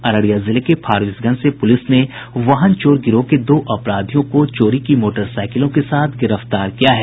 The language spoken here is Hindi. अररिया जिले के फारबिसगंज से पुलिस ने वाहन चोर गिरोह के दो अपराधियों को चोरी की मोटरसाईकिलों के साथ गिरफ्तार किया है